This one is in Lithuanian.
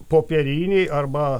popieriniai arba